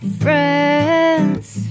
friends